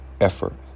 effort